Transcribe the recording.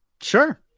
Sure